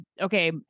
okay